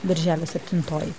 birželio septintoji